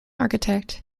architect